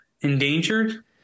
endangered